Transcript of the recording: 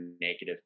negative